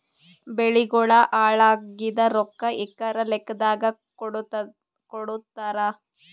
ಬೆಳಿಗೋಳ ಹಾಳಾಗಿದ ರೊಕ್ಕಾ ಎಕರ ಲೆಕ್ಕಾದಾಗ ಕೊಡುತ್ತಾರ?